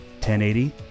1080